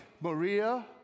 Maria